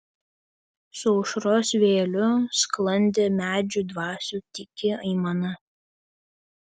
su aušros vėjeliu sklandė medžių dvasių tyki aimana